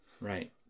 Right